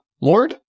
Lord